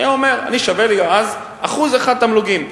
היה אומר: אני שווה לי, אז, 1% תמלוגים,